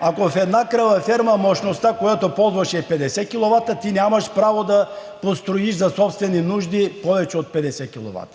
ако в една кравеферма мощността, която ползваш, е 50 киловата, ти нямаш право да построиш за собствени нужди повече от 50